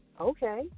Okay